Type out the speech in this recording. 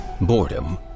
boredom